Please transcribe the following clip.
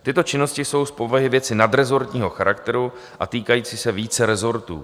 Tyto činnosti jsou z povahy věci nadrezortního charakteru a týkající se více rezortů.